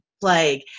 plague